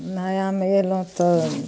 नयामे अयलहुँ तऽ